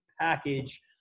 package